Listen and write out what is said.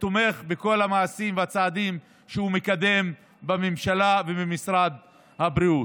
ותומך בכל המעשים והצעדים שהוא מקדם בממשלה ובמשרד הבריאות.